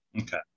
Okay